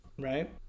right